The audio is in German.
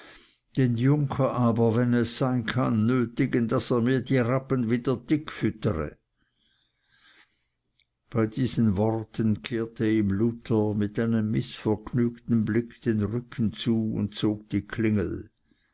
den junker aber wenn es sein kann nötigen daß er mir die rappen wieder dick füttere bei diesen worten kehrte ihm luther mit einem mißvergnügten blick den rücken zu und zog die klingel